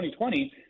2020